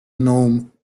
nome